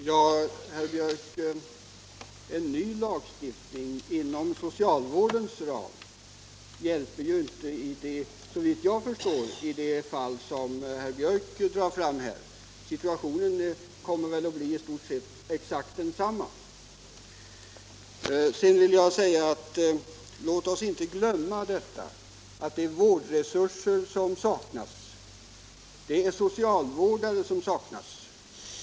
Herr talman! En ny lagstiftning inom socialvårdens ram hjälper inte såvitt jag förstår i de fall som herr Biörck drar upp här. Situationen kommer väl i stort sett att bli densamma. Låt oss inte glömma att det är vårdresurser och socialvårdare som saknas.